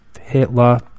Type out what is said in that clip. Hitler